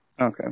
Okay